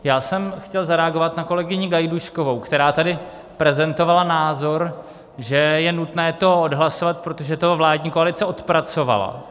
Já jsem chtěl zareagovat na kolegyni Gajdůškovou, která tady prezentovala názor, že je nutné to odhlasovat, protože to vládní koalice odpracovala.